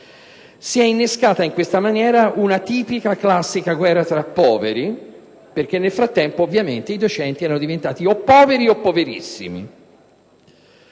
Si è innescata in questa maniera una tipica, classica guerra tra poveri, perché nel frattempo ovviamente i docenti erano diventati o poveri o poverissimi.